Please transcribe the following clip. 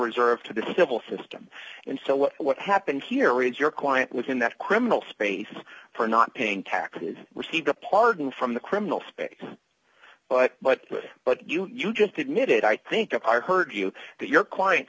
reserved to the civil system and so what happened here is your client was in that criminal space for not paying taxes received a pardon from the criminal suspects but but but you you just admitted i think i heard you that your client